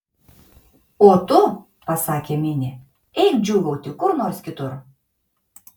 o tu pasakė minė eik džiūgauti kur nors kitur